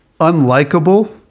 unlikable